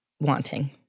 wanting